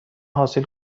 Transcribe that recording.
حاصل